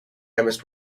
chemist